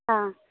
ஆ